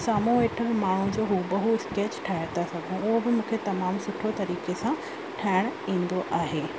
साम्हूं वेठल माण्हू जो हूबहू स्कैच ठाहे था सघूं उहो बि मूंखे तमामु सुठो तरीक़े सां ठाहिणु ईंदो आहे